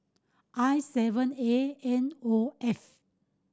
I seven A N O F